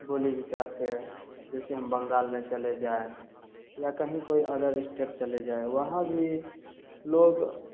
बोली विचार से जैसे हम बंगाल में चले जाएँ या कहीं कोई अदर स्टेट चले जाएँ वहाँ भी लोग